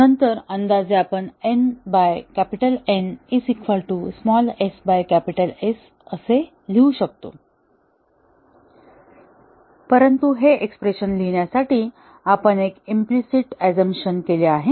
आणि नंतर अंदाजे आपण nN is equal to sS असे लिहू शकतो परंतु हे एक्स्प्रेशन लिहिण्यासाठी आपण एक इम्प्लिसिट असम्पशन केले आहे